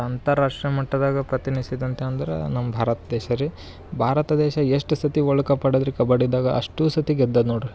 ಅಂತಾರಾಷ್ಟ್ರ ಮಟ್ಟದಾಗೆ ಪ್ರತಿನಿಸಿದಂತೆ ಅಂದರೆ ನಮ್ಮ ಭಾರತ ದೇಶ ರೀ ಭಾರತ ದೇಶ ಎಷ್ಟು ಸತಿ ವಳ್ಡ್ ಕಪ್ ಆಡಿದ್ರಿ ಕಬಡ್ಡಿದಾಗ ಅಷ್ಟು ಸತಿ ಗೆದ್ದದ ನೋಡ್ರಿ